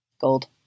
Gold